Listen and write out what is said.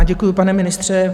Děkuju, pane ministře.